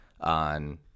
on